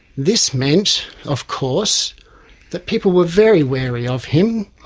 this meant of course that people were very wary of him,